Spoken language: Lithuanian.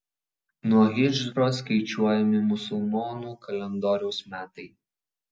nuo hidžros skaičiuojami musulmonų kalendoriaus metai